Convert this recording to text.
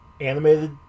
animated